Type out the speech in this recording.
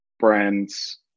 brands